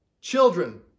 children